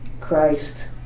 Christ